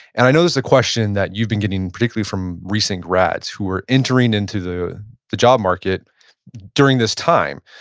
and i know this is the question that you've been getting particularly from recent grads who are entering into the the job market during this time.